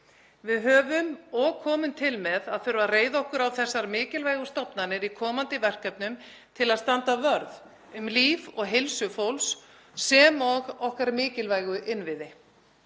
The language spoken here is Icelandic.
Við höfum og komum til með að þurfa að reiða okkur á þessar mikilvægu stofnanir í komandi verkefnum til að standa vörð um líf og heilsu fólks sem og okkar mikilvægu innviði.